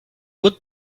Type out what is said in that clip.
would